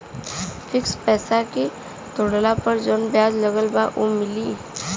Fix पैसा के तोड़ला पर जवन ब्याज लगल बा उ मिली?